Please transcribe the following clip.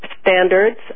standards